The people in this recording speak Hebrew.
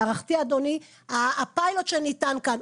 להערכתי הפיילוט שניתן כאן,